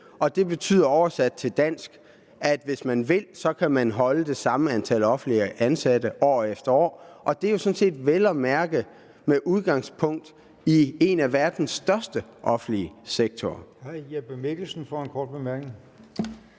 Det betyder oversat til dansk, at hvis man vil, kan man holde det samme antal offentligt ansatte år efter år. Det er jo sådan set vel at mærke med udgangspunkt i en af verdens største offentlige sektorer.